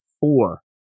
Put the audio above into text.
four